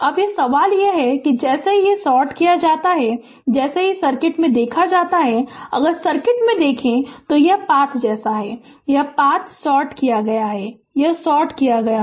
अब सवाल यह है कि जैसे ही इसे सॉर्ट किया जाता है जैसे ही सर्किट में देखा जाता है अगर सर्किट में देखें तो यह पाथ जैसा है यह पाथ सॉर्ट किया गया है यह सॉर्ट किया गया है